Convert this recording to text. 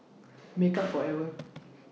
Makeup Forever